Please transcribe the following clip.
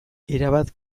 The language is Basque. erabat